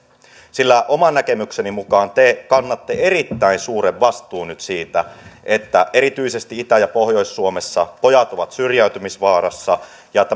nimittäin oman näkemykseni mukaan te kannatte erittäin suuren vastuun nyt siitä että erityisesti itä ja pohjois suomessa pojat ovat syrjäytymisvaarassa